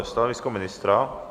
Stanovisko ministra?